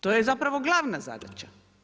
To je zapravo glavna zadaća.